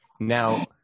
Now